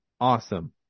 awesome